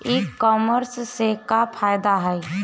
ई कामर्स से का फायदा ह?